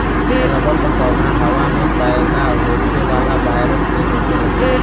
rubber क पौधा हवा में पैदा होखे वाला वायरस के रोकेला